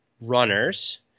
runners